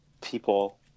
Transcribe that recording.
people